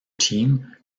team